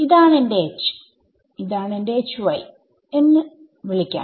ഇതാണ് എന്റെ അതിനെ Hy എന്ന് വില്ക്കാം